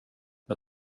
jag